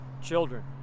Children